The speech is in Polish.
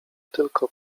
tylko